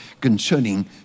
concerning